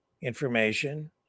information